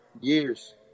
years